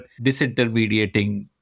disintermediating